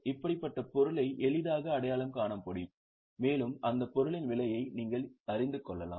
இப்படிபட்ட பொருளை எளிதாக அடையாளம் காண முடியும் மேலும் அந்த பொருளின் விலையை நீங்கள் எளிதாக அறிந்து கொள்ளலாம்